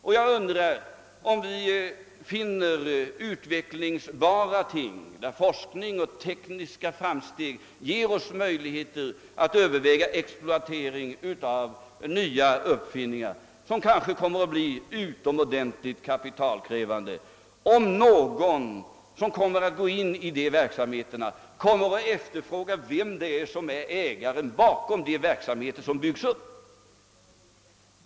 Om vi vidare skulle finna utvecklingsbara ting, där forskning och tekniska framsteg ger oss möjlighet att exploatera nya uppfinningar, vilket kanske kommer att bli utomordentligt kapitalkrävande, undrar jag om någon av dem som därigenom får sysselsättning verkligen kommer att efterfråga, vem det är som är ägaren och står bakom de verksamheter som byggs upp.